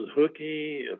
hooky